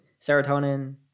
serotonin